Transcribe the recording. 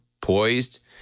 poised